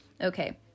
Okay